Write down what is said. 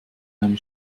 einen